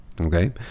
Okay